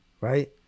right